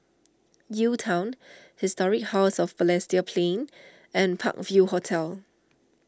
UTown Historic House of Balestier Plains and Park View Hotel